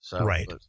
Right